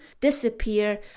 disappear